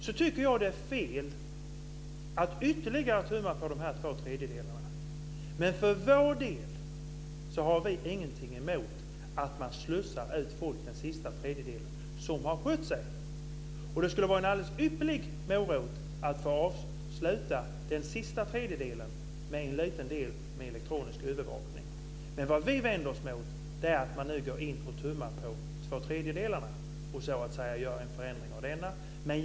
Det är därför fel att ytterligare tumma på de två tredjedelarna. Men för vår del har vi ingenting emot att man slussar ut människor som har skött sig under den sista tredjedelen. Det skulle vara en alldeles ypperlig morot att få avsluta den sista tredjedelen med en liten del med elektronisk övervakning. Vad vi vänder oss mot är att man nu går in och tummar på tvåtredjedelen och gör en förändring av denna.